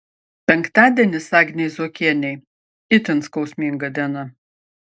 penktadienis agnei zuokienei itin skausminga diena